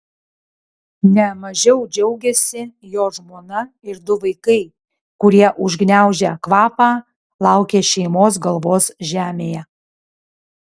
ne mažiau džiaugėsi jo žmona ir du vaikai kurie užgniaužę kvapą laukė šeimos galvos žemėje